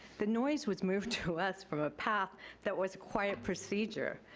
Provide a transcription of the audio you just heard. the noise was moved to us from a path that was quiet procedure.